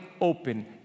open